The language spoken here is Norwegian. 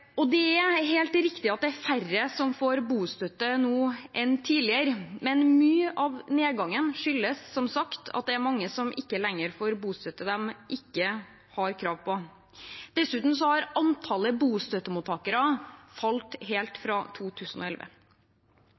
Det er helt riktig at det er færre som får bostøtte nå enn tidligere, men mye av nedgangen skyldes som sagt at det er mange som ikke lenger får bostøtte de ikke har krav på. Dessuten har antallet bostøttemottakere falt helt fra 2011.